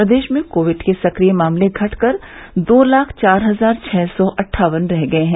प्रदेश में कोविड के सक्रिय मामले घट कर दो लाख चार हजार छः सौ अट्ठावन रह गये हैं